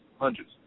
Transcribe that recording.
hundreds